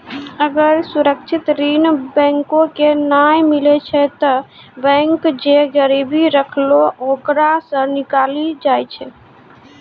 अगर सुरक्षित ऋण बैंको के नाय मिलै छै तै बैंक जे गिरबी रखलो ओकरा सं निकली जाय छै